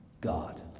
God